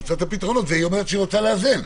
היא אומרת שהיא רוצה לאזן.